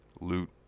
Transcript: loot